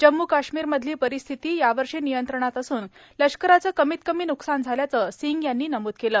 जम्मू काश्मीरमधली परिस्थिती यावर्षी नियंत्रणात असून लष्कराचं कमीत कमी न्रुकसान झाल्याचं सिंग यांनी नमूद केलं